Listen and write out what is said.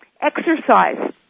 Exercise